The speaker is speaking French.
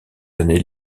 années